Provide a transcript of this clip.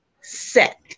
set